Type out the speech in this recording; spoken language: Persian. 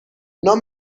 نام